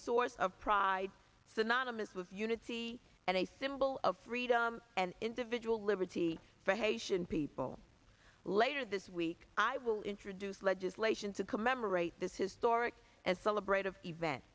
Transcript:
source of pride synonymous with unity and a symbol of freedom and individual liberty for haitian people later this week i will introduce legislation to commemorate this historic and celebrate of event